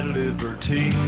liberty